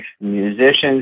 Musicians